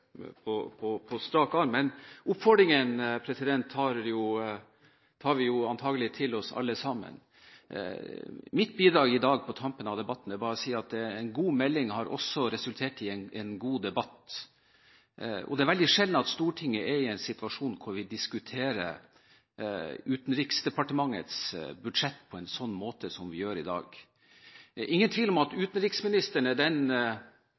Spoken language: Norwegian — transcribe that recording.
på strak arm. Men oppfordringen tar vi antakelig til oss alle sammen. Mitt bidrag i dag på tampen av debatten var å si at en god melding også har resultert i en god debatt. Det er veldig sjelden at Stortinget er i en situasjon hvor vi diskuterer Utenriksdepartementets budsjett på en slik måte som vi gjør i dag. Det er ingen tvil om at utenriksministeren er den